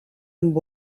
amb